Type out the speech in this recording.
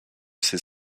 ses